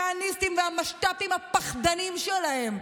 כהניסטים והמשת"פים הפחדנים שלהם.